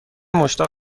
مشتاق